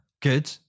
good